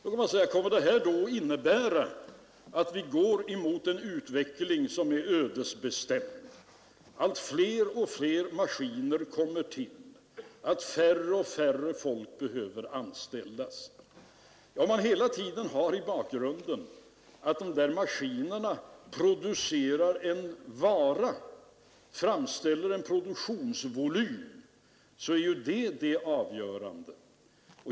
Då kan man säga: Kommer detta att innebära att vi går mot en utveckling som är ödesbestämd? Allt fler maskiner kommer till, allt färre människor behöver anställas. Om man hela tiden har i bakgrunden att dessa maskiner producerar en vara, framställer en produktionsvolym, så är ju detta det avgörande.